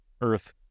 Earth